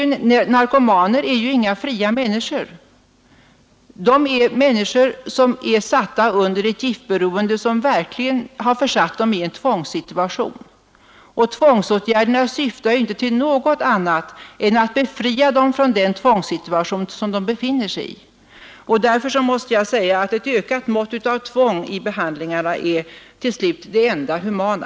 Narkomaner är ju inga fria människor. De är människor som är satta under ett giftberoende som verkligen har försatt dem i en tvångssituation, och tvångsåtgärderna syftar ju inte till något annat än att befria dem från den tvångssituation som de befinner sig i. Därför måste jag säga att ett ökat mått av tvång vid behandlingarna är till slut det enda humana.